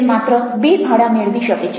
તે માત્ર બે ભાડાં મેળવી શકે છે